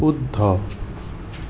শুদ্ধ